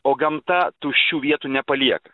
o gamta tuščių vietų nepalieka